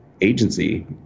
agency